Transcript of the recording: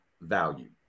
value